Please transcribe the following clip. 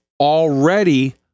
already